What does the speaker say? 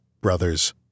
brothers